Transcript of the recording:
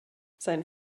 sein